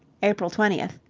april twentieth.